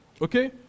Okay